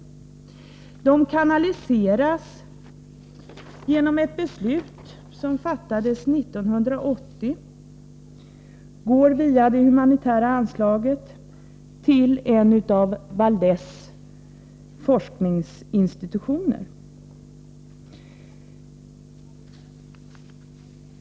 Medlen kanaliseras enligt ett beslut som fattades 1980 och går, via anslaget till humanitärt bistånd, till en av Valdes forskningsinstitutioner.